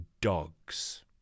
dogs